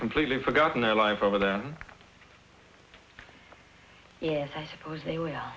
completely forgotten their life over then yes i suppose they will